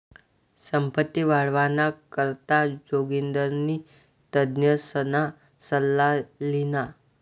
संपत्ती वाढावाना करता जोगिंदरनी तज्ञसना सल्ला ल्हिना